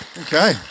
Okay